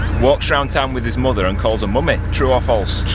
walks around town with his mother and calls a mummy, true or false?